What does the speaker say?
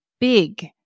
big